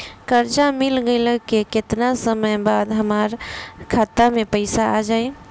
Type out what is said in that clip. कर्जा मिल गईला के केतना समय बाद हमरा खाता मे पैसा आ जायी?